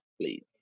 please